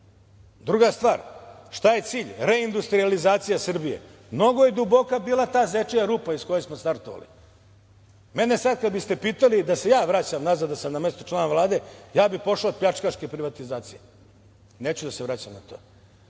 stvar, šta je cilj? Reindustrijalizacija Srbije. Mnogo je duboka bila ta zečija rupa iz koje smo startovali. Mene sad kad biste pitali da se ja vraćam nazad da sam na mestu člana Vlade, ja bih pošao od pljačkaške privatizacije. Neću da se vraćam na to.